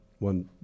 One